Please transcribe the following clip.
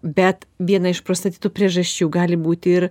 bet viena iš prostatitų priežasčių gali būti ir